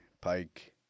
pike